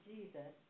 Jesus